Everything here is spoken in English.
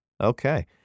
okay